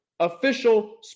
Official